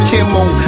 Kimmel